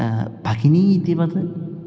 भगिनी इतिवत्